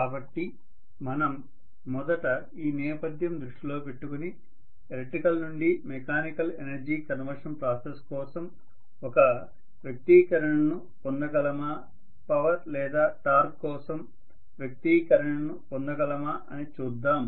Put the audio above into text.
కాబట్టి మనం మొదట ఈ నేపథ్యం దృష్టిలో పెట్టుకుని ఎలక్ట్రికల్ నుండి మెకానికల్ ఎనర్జీ కన్వర్షన్ ప్రాసెస్ కోసం ఒక వ్యక్తీకరణను పొందగలమా పవర్ లేదా టార్క్ కోసం వ్యక్తీకరణను పొందగలమా అని చూద్దాం